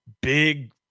big